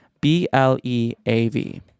b-l-e-a-v